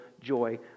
joy